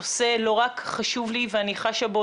הנושא הוא לא רק חשוב לי ואני חשה בו